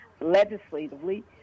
legislatively